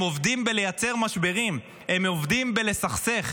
הם עובדים בלייצר משברים, הם עובדים בלסכסך.